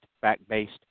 fact-based